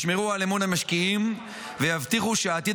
ישמרו על אמון המשקיעים ויבטיחו שהעתיד